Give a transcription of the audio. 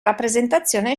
rappresentazione